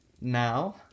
Now